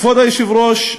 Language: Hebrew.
כבוד היושב-ראש,